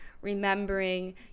remembering